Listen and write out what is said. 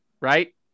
right